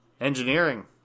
engineering